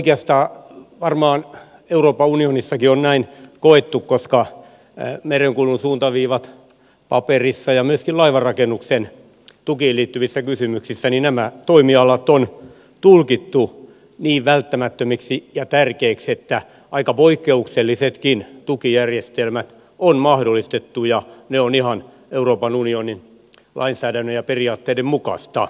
oikeastaan varmaan euroopan unionissakin on näin koettu koska paperissa merenkulun suuntaviivoista ja myöskin laivanrakennuksen tukiin liittyvissä kysymyksissä nämä toimialat on tulkittu niin välttämättömiksi ja tärkeiksi että aika poikkeuksellisetkin tukijärjestelmät on mahdollistettu ja se on ihan euroopan unionin lainsäädännön ja periaatteiden mukaista